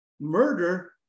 murder